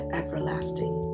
everlasting